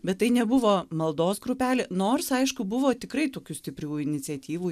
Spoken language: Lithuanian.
bet tai nebuvo maldos grupelė nors aišku buvo tikrai tokių stiprių iniciatyvų